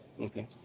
Okay